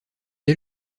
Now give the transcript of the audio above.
dès